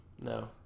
No